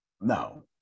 no